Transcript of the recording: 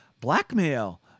blackmail